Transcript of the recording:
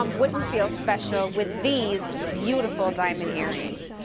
um wouldn't feel special with these beautiful diamond earrings?